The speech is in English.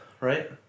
right